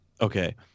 okay